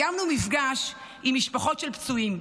קיימנו מפגש עם משפחות של פצועים.